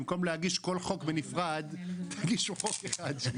במקום להגיש כל הצעת חוק בנפרד תגישו הצעת חוק אחת.